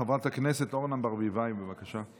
חברת הכנסת אורנה ברביבאי, בבקשה.